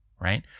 right